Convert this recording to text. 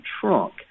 trunk